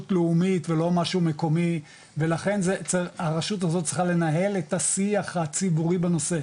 לאומית ולא משהו מקומי ולכן הרשות הזאת צריכה לנהל את השיח הציבורי בנושא,